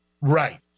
Right